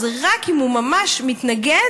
רק אם הוא ממש מתנגד,